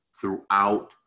throughout